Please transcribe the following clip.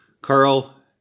Carl